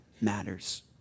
matters